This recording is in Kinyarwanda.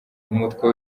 umutwe